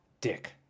dick